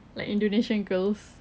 like indonesian girls